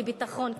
לביטחון כלכלי.